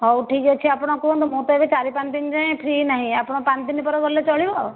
ହେଉ ଠିକ୍ଅଛି ଆପଣ କୁହନ୍ତୁ ମୁଁ ତ ଏବେ ଚାରି ପାଞ୍ଚଦିନ ଯାଏ ଫ୍ରି ନାହିଁ ଆପଣ ପାଞ୍ଚଦିନ ପରେ ଗଲେ ଚଳିବ